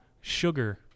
sugar